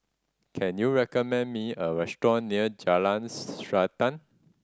can you recommend me a restaurant near Jalan Srantan